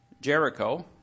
Jericho